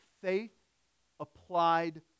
faith-applied